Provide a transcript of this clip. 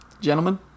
gentlemen